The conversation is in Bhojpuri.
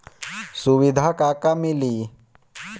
सुविधा का का मिली?